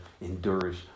endures